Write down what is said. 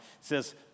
says